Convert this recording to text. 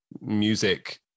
music